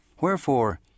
Wherefore